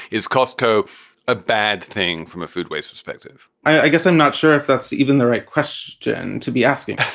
is costco a bad thing from a food waste perspective? i guess i'm not sure if that's even the right question to be asking.